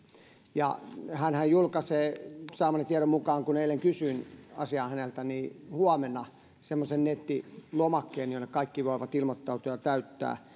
hänhän julkaisee saamani tiedon mukaan kun eilen kysyin asiaa häneltä huomenna semmoisen nettilomakkeen jonne kaikki voivat ilmoittautua ja täyttää